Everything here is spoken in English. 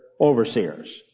overseers